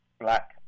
black